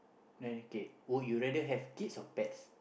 then okay would you rather have kids or pets